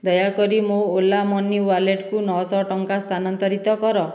ଦୟାକରି ମୋ Ola Money ୱାଲେଟ୍କୁ ନଅ ଶହ ଟଙ୍କା ସ୍ଥାନାନ୍ତରିତ କର